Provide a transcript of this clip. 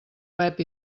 rep